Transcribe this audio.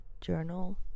journal